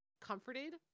comforted